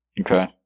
Okay